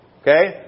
okay